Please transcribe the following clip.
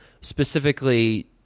specifically